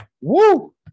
Woo